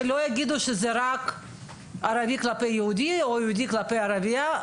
שלא יגידו שזה רק ערבי כלפי יהודייה או יהודי כלפי ערבייה.